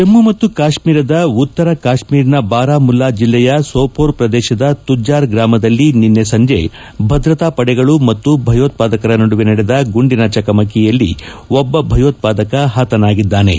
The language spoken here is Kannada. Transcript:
ಜಮ್ನು ಮತ್ತು ಕಾಶ್ನೀರದ ಉತ್ತರ ಕಾಶ್ನೀರ್ ನ ಬಾರಾಮುಲ್ಲಾ ಜಿಲ್ಲೆಯ ಸೋಪೋರ್ ಪ್ರದೇಶದ ತುಜ್ಜಾರ್ ಗ್ರಾಮದಲ್ಲಿ ನಿನ್ನೆ ಸಂಜೆ ಭದ್ರತಾ ಪಡೆಗಳು ಮತ್ತು ಭಯೋತ್ಪಾದಕರ ನಡುವೆ ನಡೆದ ಗುಂಡಿನ ಚಕಮಕಿಯಲ್ಲಿ ಒಬ್ಬ ಭಯೋತ್ಪಾದಕ ಪತನಾಗಿದ್ದಾನೆ